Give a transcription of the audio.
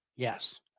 Yes